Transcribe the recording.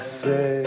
say